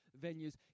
venues